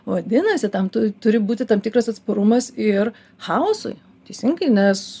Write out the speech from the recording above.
vadinasi tam turi būti tam tikras atsparumas ir chaosui teisingai nes